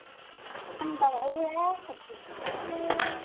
हम बढ़ई हैं